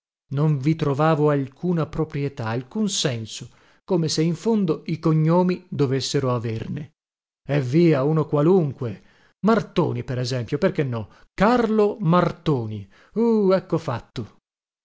non vi trovavo alcuna proprietà alcun senso come se in fondo i cognomi dovessero averne eh via uno qualunque martoni per esempio perché no carlo martoni uh ecco fatto